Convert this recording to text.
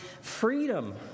freedom